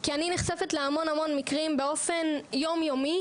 כי אני נחשפת להמון מקרים באופן יום יומי,